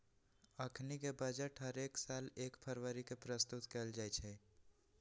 अखनीके बजट हरेक साल एक फरवरी के प्रस्तुत कएल जाइ छइ